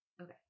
okay